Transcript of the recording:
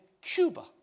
Cuba